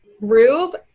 Rube